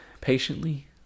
patiently